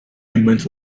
payment